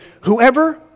whoever